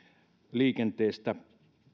liikenteestä